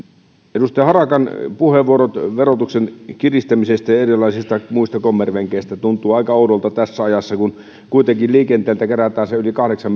edustaja harakan puheenvuorot verotuksen kiristämisestä ja erilaisista muista kommervenkeistä tuntuvat aika oudoilta tässä ajassa kun kuitenkin liikenteeltä kerätään se yli kahdeksan